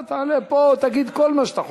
תעלה ותגיד פה כל מה שאתה חושב.